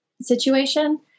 situation